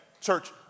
Church